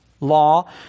law